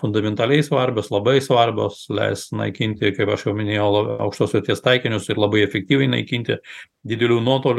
fundamentaliai svarbios labai svarbios leis naikinti kaip aš jau minėjau aukštos vertės taikinius ir labai efektyviai naikinti didelių nuotolių